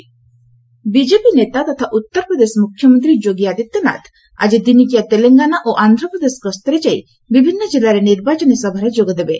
Adityanath BJP BJP ନେତା ତଥା ଉଉରପ୍ରଦେଶ ମୁଖ୍ୟମନ୍ତ୍ରୀ ଯୋଗୀ ଆଦିତ୍ୟନାଥ ଆଜି ଦିନିକିଆ ତେଲଙ୍ଗାନା ଓ ଆନ୍ଧ୍ରପ୍ରଦେଶ ଗସ୍ତରେ ଯାଇ ବିଭିନ୍ନ ଜିଲ୍ଲାରେ ନିର୍ବାଚନୀ ସଭାରେ ଯୋଗଦେବେ